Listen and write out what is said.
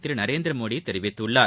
திரு நரேந்திர மோடி தெரிவித்துள்ளார்